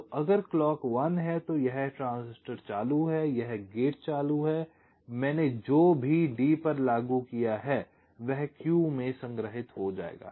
तो अगर क्लॉक 1 है तो यह ट्रांजिस्टर चालू है यह गेट चालू है और मैंने जो भी D पर लागू किया है वह Q में संग्रहित हो जाएगा